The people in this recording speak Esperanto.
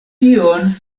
tion